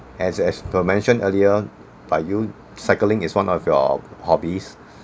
as as per mentioned earlier by you cycling is one of your hobbies